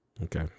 Okay